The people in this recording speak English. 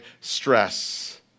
stress